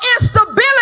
instability